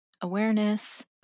awareness